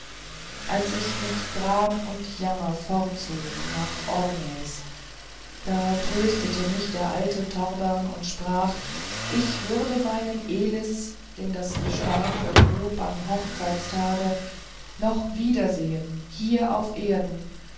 als ich mit gram und jammer fortzog nach ornäs da tröstete mich der alte torbern und sprach ich würde meinen elis den das gestein begrub am hochzeitstage noch wiedersehen hier auf erden